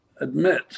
admit